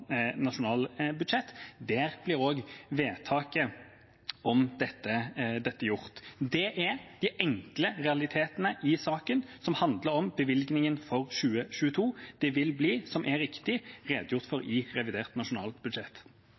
nasjonalbudsjett. Der blir også vedtaket om dette gjort. Det er de enkle realitetene i saken, som handler om bevilgningen for 2022. Det vil bli, som er riktig, redegjort for i revidert nasjonalbudsjett.